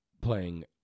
playing